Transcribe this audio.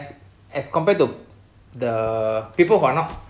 s~ as compared to the people who are not